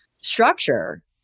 structure